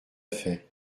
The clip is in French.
fait